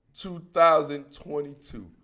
2022